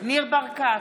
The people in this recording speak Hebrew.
ניר ברקת,